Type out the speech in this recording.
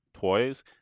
toys